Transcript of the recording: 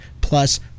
plus